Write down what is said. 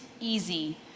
easy